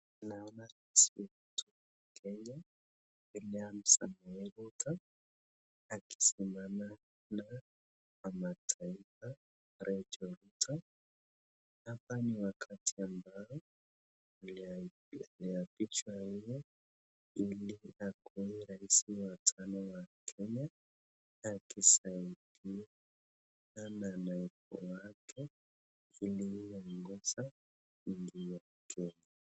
Ninaona rais wetu wa Kenya, William Samoei Ruto, akisimama na mama taifa Rachel Ruto. Hapa ni wakati ambao aliapishwa yeye ili akuwe rais wa tano wa Kenya. Akisaidiana na naibu wake aliyeongoza.